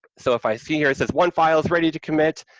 so if i see here, it says one file is ready to commit,